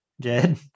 Jed